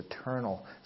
eternal